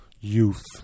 youth